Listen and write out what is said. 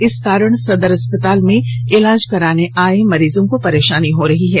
इस कारण सदर अस्पताल में इलाज कराने आए मरीजों को परेशानी हो रही है